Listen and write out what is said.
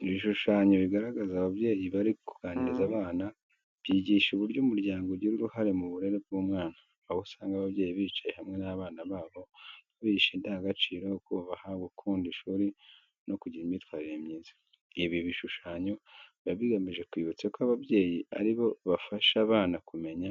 Ibishushanyo bigaragaza ababyeyi bari kuganiriza abana, byigisha uburyo umuryango ugira uruhare mu burere bw'umwana. Aho usanga ababyeyi bicaye hamwe n’abana babo babigisha indangagaciro, kubaha, gukunda ishuri, no kugira imyitwarire myiza. Ibi bishushanyo biba bigamije kwibutsa ko ababyeyi ari bo bafasha abana kumenya